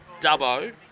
Dubbo